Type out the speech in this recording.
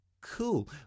cool